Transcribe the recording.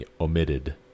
omitted